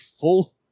full